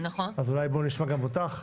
אז אולי נשמע גם אותה.